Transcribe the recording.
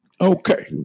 Okay